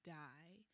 die